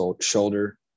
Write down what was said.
shoulder